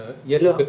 לא,